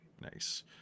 nice